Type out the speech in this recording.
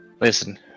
Listen